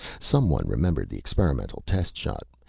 someone remembered the experimental test shot,